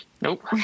Nope